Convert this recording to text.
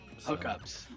Hookups